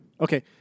Okay